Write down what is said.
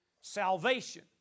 salvation